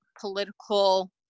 political